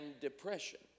depression